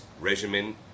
regimen